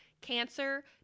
cancer